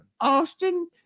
Austin